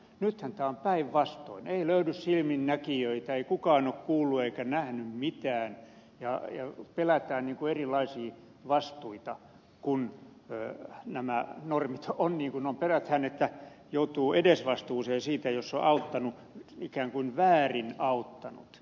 nythän tämä on päinvastoin ei löydy silminnäkijöitä ei kukaan ole kuullut eikä nähnyt mitään ja pelätään erilaisia vastuita kun nämä normit ovat niin kuin ovat pelätään että joutuu edesvastuuseen siitä jos on ikään kuin väärin auttanut